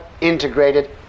integrated